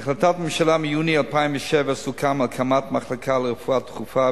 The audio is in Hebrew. בהחלטת הממשלה מיוני 2007 סוכם על הקמת מחלקה לרפואה דחופה